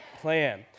plan